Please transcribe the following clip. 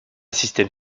système